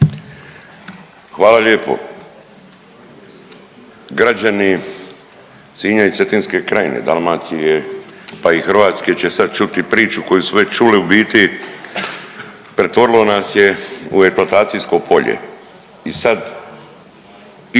Hvala lijepo. Građani Sinja i Cetinske krajine, Dalmacije, pa i Hrvatske će sad čuti priču koju su već čuli u biti, pretvorila nas je u .../Govornik se ne